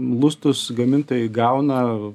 lustus gamintojai gauna